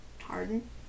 Harden